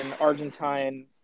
Argentine